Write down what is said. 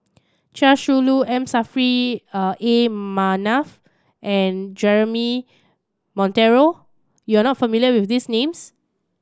Chia Shi Lu M Saffri A Manaf and Jeremy Monteiro you are not familiar with these names